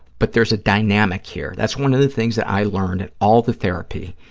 but there's a dynamic here. that's one of the things that i learned in all the therapy,